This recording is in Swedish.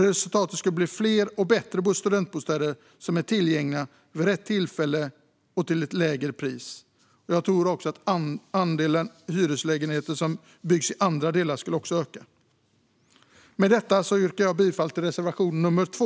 Resultatet skulle bli fler och bättre studentbostäder som är tillgängliga vid rätt tillfälle och till ett lägre pris. Jag tror också att andelen hyreslägenheter som byggs i andra delar skulle öka. Med detta yrkar jag bifall till reservation nr 2.